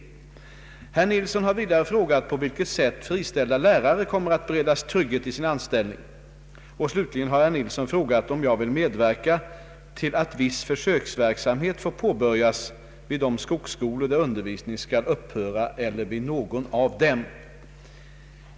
Herr Nilsson har vidare frågat på vilket sätt friställda lärare kommer att beredas trygghet i sin anställning. Slutligen har herr Nilsson frågat om jag vill medverka till att viss försöksverksamhet får påbörjas vid de skogsskolor där undervisning skall upphöra eller vid någon av dem.